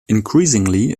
increasingly